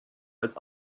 als